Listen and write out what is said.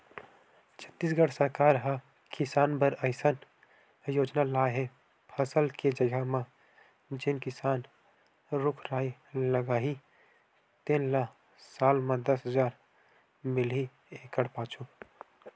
छत्तीसगढ़ सरकार ह किसान बर अइसन योजना लाए हे फसल के जघा म जेन किसान रूख राई लगाही तेन ल साल म दस हजार मिलही एकड़ पाछू